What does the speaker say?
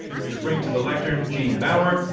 we're going to bring to the lectern gene baur.